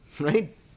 Right